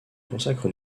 consacre